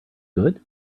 good